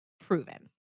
proven